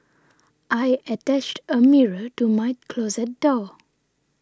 I attached a mirror to my closet door